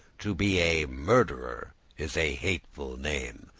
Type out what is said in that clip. to be a murd'rer is a hateful name.